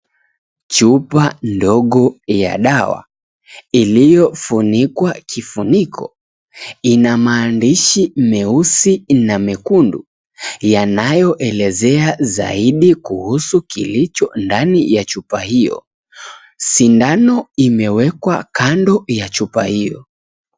Chupa ndogo ya dawa iliyofunikwa kifuniko ina maandishi meusi na mekundu yanayoelezea zaidi kuhusu kilicho ndani ya chupa hio. Sindano imewekwa kando ya chupa hio.